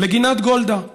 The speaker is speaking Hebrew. לגינת גולדה,